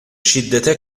şiddete